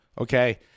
okay